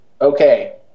Okay